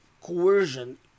coercion